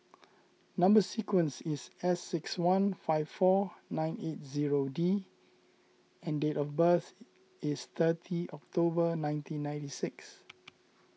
Number Sequence is S six one five four nine eight zero D and date of birth is thirty October nineteen ninety six